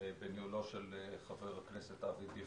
בניהולו של חבר הכנסת דיכטר,